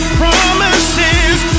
promises